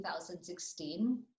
2016